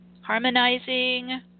harmonizing